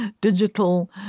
digital